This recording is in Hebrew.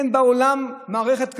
אין בעולם מערכת כזאת,